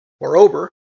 Moreover